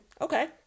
okay